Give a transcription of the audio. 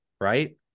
right